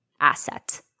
asset